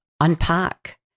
unpack